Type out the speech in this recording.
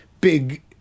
big